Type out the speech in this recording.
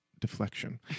deflection